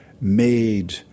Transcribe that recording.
made